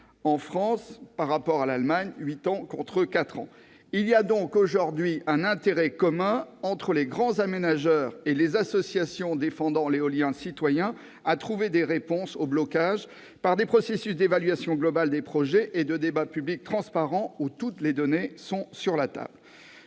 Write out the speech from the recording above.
en France par rapport à l'Allemagne, soit huit ans contre quatre ans. Il y a donc aujourd'hui un intérêt commun entre les grands aménageurs et les associations défendant l'éolien citoyen à trouver des réponses aux blocages, par des processus d'évaluation globale des projets et de débats publics transparents où toutes les données sont sur la table.